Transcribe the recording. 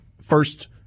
first